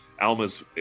Alma's